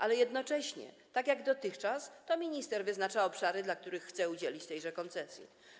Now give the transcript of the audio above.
Ale jednocześnie, tak jak dotychczas, to minister wyznacza obszary, w przypadku których chce udzielić tejże koncesji.